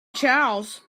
charles